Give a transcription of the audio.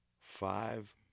five